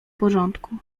porządku